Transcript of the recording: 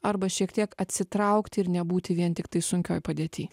arba šiek tiek atsitraukt ir nebūti vien tiktai sunkioj padėty